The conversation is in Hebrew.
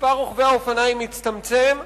מספר רוכבי האופניים מצטמצם,